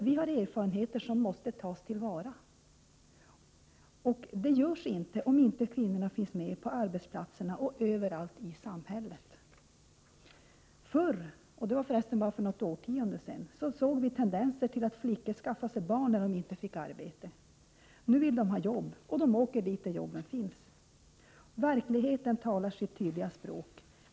Vi har erfarenheter som måste tas till vara, och det sker inte om inte kvinnorna finns med på arbetsplatserna och överallt i samhället. Förr — och det var för resten bara för något årtionde sedan — såg vi tecken till att flickorna skaffade sig barn när de inte fick arbete. Nu vill de ha jobb, och de åker dit där jobben finns. Verkligheten talar sitt tydliga språk.